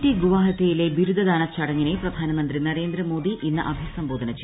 T ഗുവാഹത്തിയിലെ ബിരുദ ദാന ചടങ്ങിനെ പ്രധാനമന്ത്രി നരേന്ദ്രമോദി ഇന്ന് അഭിസംബോധന ചെയ്യും